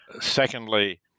Secondly